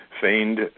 feigned